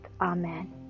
Amen